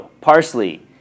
parsley